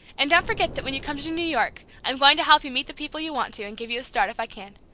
and don't forget that when you come to new york i'm going to help you meet the people you want to, and give you a start if i can.